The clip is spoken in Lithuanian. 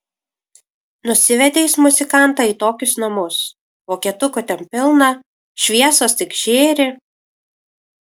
nusivedė jis muzikantą į tokius namus vokietukų ten pilna šviesos tik žėri